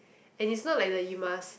and is not like the you must